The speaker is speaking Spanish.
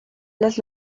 las